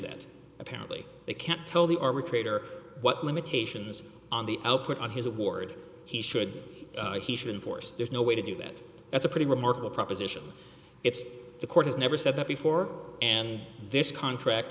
that apparently they can't tell the arbitrator what limitations on the output of his award he should he should enforce there's no way to do that that's a pretty remarkable proposition it's the court has never said that before and this contract